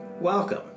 Welcome